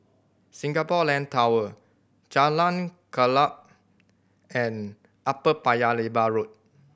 Singapore Land Tower Jalan Klapa and Upper Paya Lebar Road